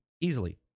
Easily